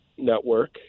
network